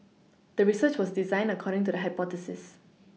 the research was designed according to the hypothesis